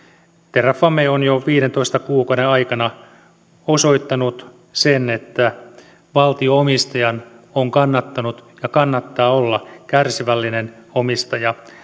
terrafame on jo viidentoista kuukauden aikana osoittanut sen että valtio omistajan on kannattanut ja kannattaa olla kärsivällinen omistaja